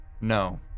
No